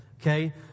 Okay